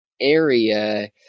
area